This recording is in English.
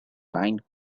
find